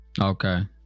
Okay